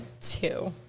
two